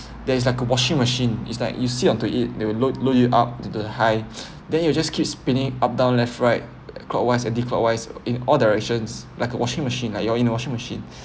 there is like a washing machine is like you sit onto it they will load load you up to the high then you just keep spinning up down left right clockwise anticlockwise in all directions like a washing machine like you're in a washing machine